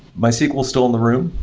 mysql still in the room.